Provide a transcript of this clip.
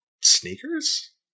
sneakers